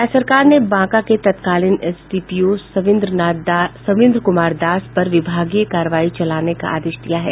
राज्य सरकार ने बांका के तत्कालीन एसडीपीओ सविन्द्र कुमार दास पर विभागीय कार्रवाई चलाने का आदेश दिया है